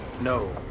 No